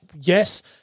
Yes